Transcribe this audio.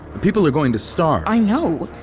people are going to starve i know.